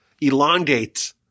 elongate